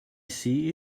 see